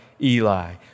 Eli